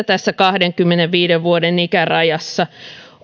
tässä kahdenkymmenenviiden vuoden ikärajassa